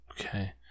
Okay